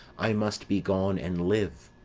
i must be gone and live,